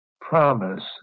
promise